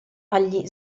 agli